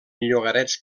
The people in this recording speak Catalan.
llogarets